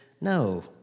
No